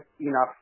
enough